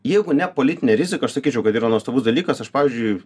jeigu ne politinė rizika aš sakyčiau kad yra nuostabus dalykas aš pavyzdžiui